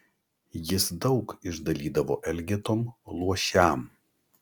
jis daug išdalydavo elgetom luošiam